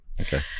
Okay